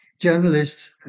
Journalists